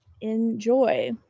enjoy